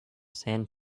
sand